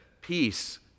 peace